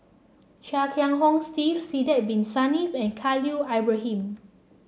Chia Kiah Hong Steve Sidek Bin Saniff and Khalil Ibrahim